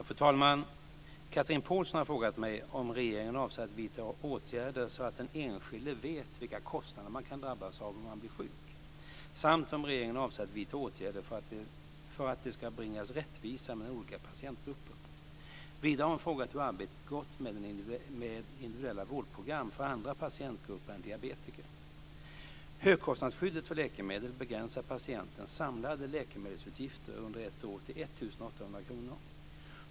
Fru talman! Chatrine Pålsson har frågat mig om regeringen avser att vidta åtgärder så att den enskilde vet vilka kostnader man kan drabbas av om man blir sjuk samt om regeringen avser att vidta åtgärder för att det ska bringas rättvisa mellan olika patientgrupper. Vidare har hon frågat hur arbetet gått med individuella vårdprogram för andra patientgrupper än diabetiker. 1 800 kr.